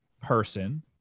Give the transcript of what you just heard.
person